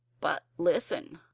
but, listen!